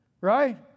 Right